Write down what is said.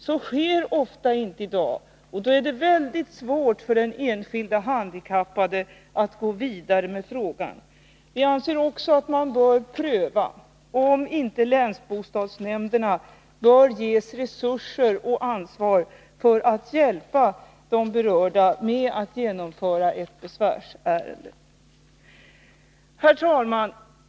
Motiveringen är i dag ofta bristfällig, och då är det mycket svårt för den enskilde handikappade att gå vidare med frågan. Vi anser också att man bör pröva om inte länsbostadsnämnderna skall ges resurser och ansvar för att hjälpa de berörda med att genomföra ett Herr talman!